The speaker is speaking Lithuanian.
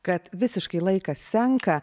kad visiškai laikas senka